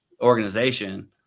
organization